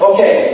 Okay